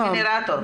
לגנרטור.